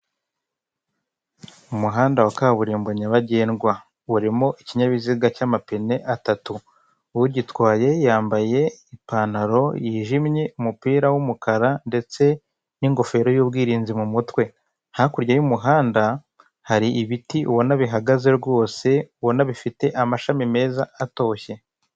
Umuhanda wa kaburimbo nyabagendwa. Urimo ikinyabiziga cy'amapine atatu. Ugitwaye yambaye ipantaro yijimye, umupira w'umukara, ndetse n'ingofero y'ubwirinzi mu mutwe. Hakurya y'umuhanda hari ibiti ubona bihagaze rwose, ubona bifite amashami meza atoshye.